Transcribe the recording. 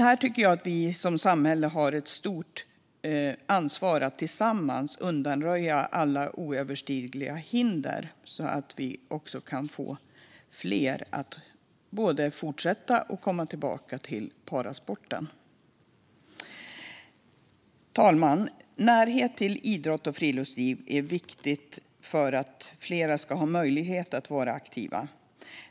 Här har samhället ett stort ansvar att tillsammans undanröja alla oöverstigliga hinder så att vi får fler att fortsätta att utöva eller komma tillbaka till parasporten. Fru talman! Närhet till idrott och friluftsliv är viktigt för att fler ska ha möjlighet att vara aktiva.